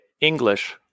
English